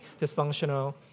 dysfunctional